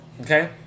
okay